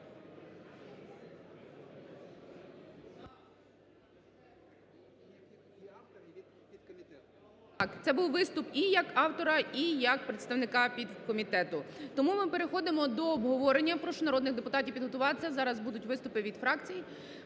Це був виступ і як автора, і як представника від комітету. Тому ми переходимо до обговорення. Прошу народних депутатів підготуватися. Зараз будуть виступи від фракцій.